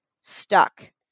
stuck